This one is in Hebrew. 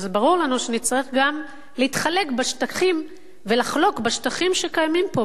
אז ברור לנו שנצטרך גם להתחלק בשטחים ולחלוק שטחים שקיימים פה,